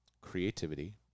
creativity